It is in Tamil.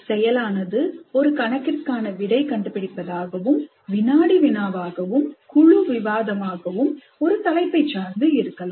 செயலானது ஒரு கணக்கிற்கான விடை கண்டு பிடிப்பதாகவும் வினாடிவினா ஆகவும்குழு விவாதம் ஆகவும் ஒரு தலைப்பைப் சார்ந்து இருக்கலாம்